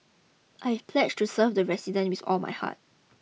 I've pledged to serve the residents with all my heart